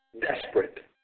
desperate